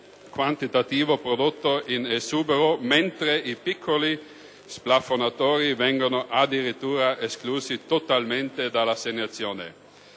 quantitativo prodotto in esubero, mentre i piccoli splafonatori vengono addirittura esclusi totalmente dall'assegnazione.